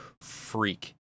freak